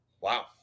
Wow